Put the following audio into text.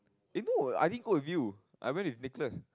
eh no I didn't go with you I went with Nicholas